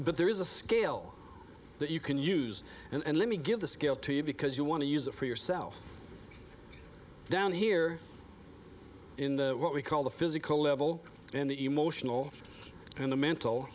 but there is a scale that you can use and let me give the scale to you because you want to use it for yourself down here in the what we call the physical level in the emotional and the mental